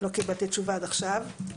לא קיבלתי תשובה עד עכשיו.